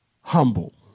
humble